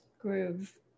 groove